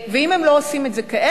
ואם הם לא עושים את זה כעת,